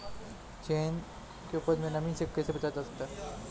चने की उपज को नमी से कैसे बचाया जा सकता है?